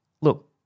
Look